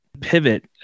pivot